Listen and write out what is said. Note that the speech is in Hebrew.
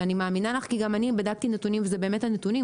ואני מאמינה לך כי גם בדקתי את הנתונים וזה באמת הנתונים.